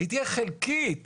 היא תהיה חלקית וקטנה.